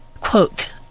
Quote